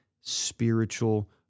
spiritual